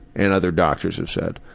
and other doctors ah said.